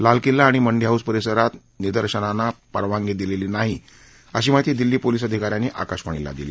लाल किल्ला आणि मंडी हाऊस परिसरात निदर्शनाला परवानगी दिलेली नाही अशी माहिती दिल्ली पोलीस अधिका यांनी आकाशवाणीला दिली